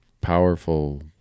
powerful